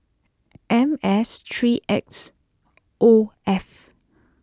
M S three X O F